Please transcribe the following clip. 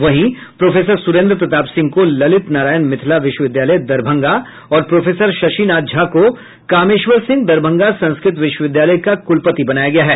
वहीं प्रोफेसर सुरेन्द्र प्रताप सिंह को ललित नारायण मिथिला विश्वविद्यालय दरभंगा और प्रोफेसर शशिनाथ झा को कामेश्वर सिंह दरभंगा संस्कृत विश्वविद्यालय का कुलपति बनाया गया है